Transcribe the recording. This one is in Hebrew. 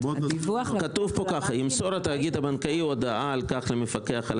כתוב פה ככה: "ימסור התאגיד הבנקאי הודעה על כך למפקח על